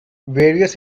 various